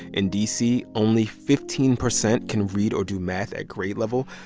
in d c, only fifteen percent can read or do math at grade level.